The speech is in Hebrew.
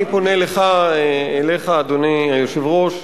אני פונה אליך, אדוני היושב-ראש,